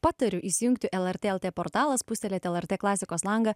patariu įsijungti lrt lt portalas pūstelėti lrt klasikos langą